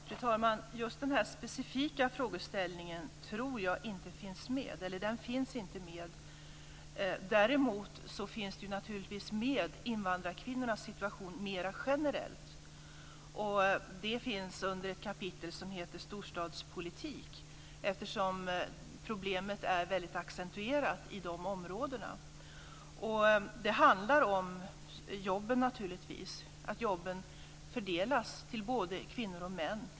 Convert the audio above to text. Fru talman! Just den här specifika frågeställningen finns inte med. Däremot finns naturligtvis invandrarkvinnornas situation mer generellt med. Den finns under ett kapitel som heter "Storstadspolitik" eftersom problemet är väldigt accentuerat i de områdena. Det handlar om jobben naturligtvis, om att jobben fördelas till både kvinnor och män.